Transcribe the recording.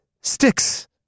Sticks